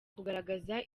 kugaragaza